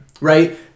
right